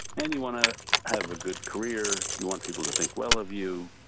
and you want to have a good career, you want people to think well of you,